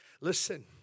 Listen